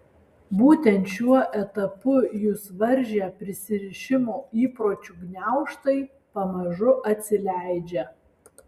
būtent šiuo etapu jus varžę prisirišimo įpročių gniaužtai pamažu atsileidžia